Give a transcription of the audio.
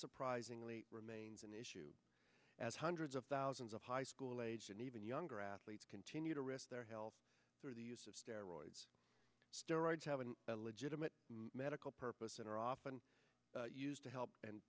surprisingly remains an issue as hundreds of thousands of high school age and even younger athletes continue to risk their health through the use of steroids steroids have been a legitimate medical purpose and are often used to help